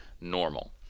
normal